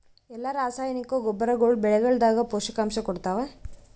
ಎಲ್ಲಾ ರಾಸಾಯನಿಕ ಗೊಬ್ಬರಗೊಳ್ಳು ಬೆಳೆಗಳದಾಗ ಪೋಷಕಾಂಶ ಕೊಡತಾವ?